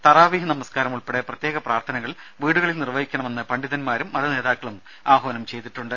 തറാവീഹ് നമസ്കാരം ഉൾപ്പെടെ പ്രത്യേക പ്രാർഥനകൾ വീടുകളിൽ നിർവഹിക്കണമെന്ന് പണ്ഡിതന്മാരും മത നേതാക്കളും ആഹ്വാനം ചെയ്തിട്ടുണ്ട്